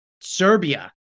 Serbia